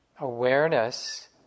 Awareness